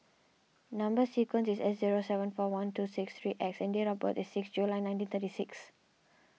Number Sequence is S zero seven four one two six three X and date of birth is six July nineteen thirty six